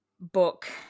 book